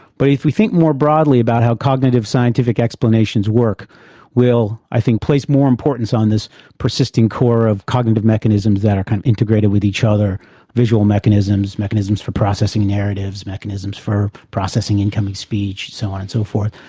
but if we think more broadly about how cognitive scientific explanations work we'll, i think, place more importance on this persisting core of cognitive mechanisms that are kind of integrated with each other visual mechanisms, mechanisms for processing in narratives, mechanisms for processing incoming speech, so on and so forth,